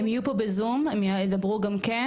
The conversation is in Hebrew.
הם יהיו פה בזום, הם ידברו גם כן.